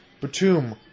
Batum